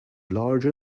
large